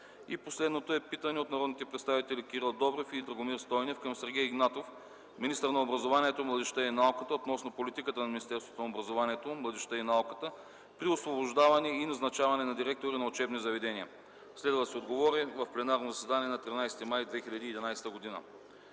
г. Последното е питане от народните представители Кирил Добрев и Драгомир Стойнев към Сергей Игнатов – министър на образованието, младежта и науката, относно политиката на Министерството на образованието, младежта и науката при освобождаване и назначаване на директори на учебни заведения. Следва да се отговори в пленарното заседание на 13 май 2011 г.